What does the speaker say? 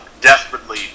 desperately